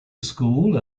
school